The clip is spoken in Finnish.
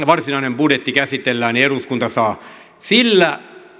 varsinainen budjetti käsitellään eduskunta sen saa sillä